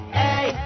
hey